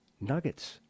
nuggets